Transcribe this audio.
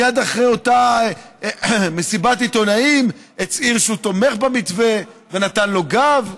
מייד אחרי אותה מסיבת עיתונאים הצהיר שהוא תומך במתווה ונתן לו גב.